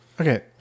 okay